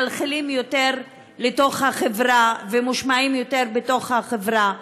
מחלחלים יותר לתוך החברה ומושמעים יותר בתוך החברה.